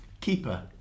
keeper